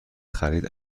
خرید